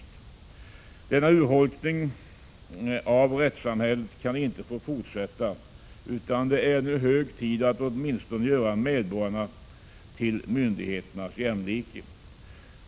Denna urholkning av rättssamhället kan inte få fortsätta, utan det är nu hög tid att åtminstone göra medborgaren till myndigheternas jämlike.